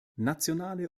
nationale